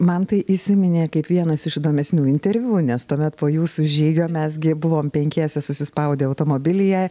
man tai įsiminė kaip vienas iš įdomesnių interviu nes tuomet po jūsų žygio mes gi buvom penkiese susispaudę automobilyje